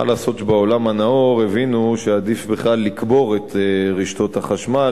מה לעשות שבעולם הנאור הבינו שעדיף בכלל לקבור את רשתות החשמל,